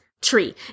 tree